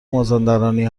مازندرانی